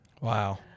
Wow